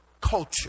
culture